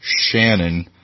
Shannon